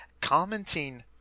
commenting